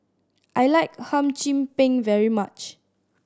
I like Hum Chim Peng very much